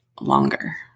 longer